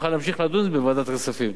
נוכל להמשיך לדון בוועדת הכספים.